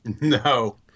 No